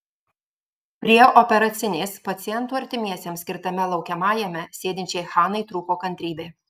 prie operacinės pacientų artimiesiems skirtame laukiamajame sėdinčiai hanai trūko kantrybė